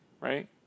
right